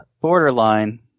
borderline